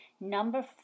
Number